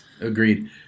Agreed